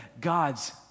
God's